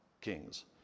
Kings